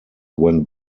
went